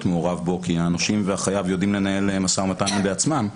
מעורב כי הנושים והחייב יודעים לנהל משא ומתן בעצמם,